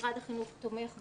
משרד החינוך תומך.